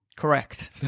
correct